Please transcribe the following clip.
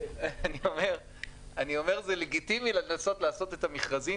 אני אומר שזה לגיטימי לעשות את המכרזים